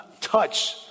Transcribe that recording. touch